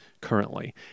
currently